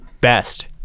best